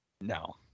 No